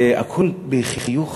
והכול בחיוך